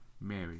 Mary